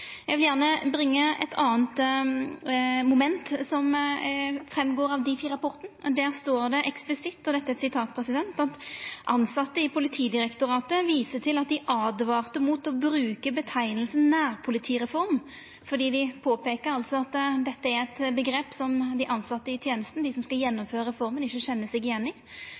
Eg vil gjerne bringa inn eit anna moment som går fram av Difi-rapporten. Der står det eksplisitt: «Ansatte i POD viser til at de advarte mot å bruke betegnelsen nærpolitireform», fordi, som dei påpeikte, dette er eit omgrep som dei tilsette i tenesta, dei som skal gjennomføra reforma, ikkje kjenner seg igjen i.